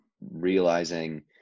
realizing